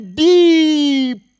deep